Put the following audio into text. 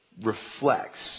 reflects